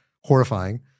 horrifying